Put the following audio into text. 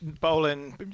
bowling